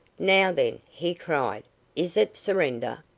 now, then, he cried is it surrender?